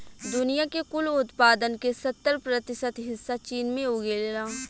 दुनिया के कुल उत्पादन के सत्तर प्रतिशत हिस्सा चीन में उगेला